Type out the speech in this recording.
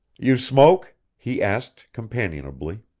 you smoke? he asked companionably.